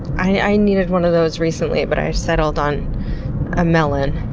i needed one those recently, but i settled on a melon.